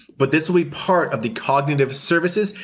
but this will be part of the cognitive services,